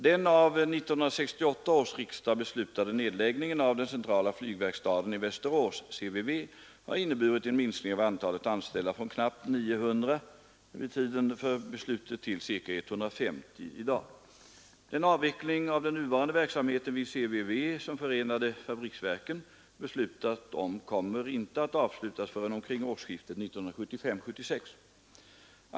Den av 1968 års riksdag beslutade nedläggningen av den centrala flygverkstaden i Västerås har inneburit en minskning av antalet anställda från knappt 900 vid tiden för beslutet till ca 150 i dag. Den avveckling av den nuvarande verksamheten vid CVV som förenade fabriksverken beslutat om kommer inte att avslutas förrän omkring årsskiftet 1975-1976.